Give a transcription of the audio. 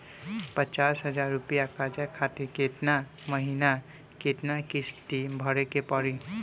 पचास हज़ार रुपया कर्जा खातिर केतना महीना केतना किश्ती भरे के पड़ी?